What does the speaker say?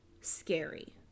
scary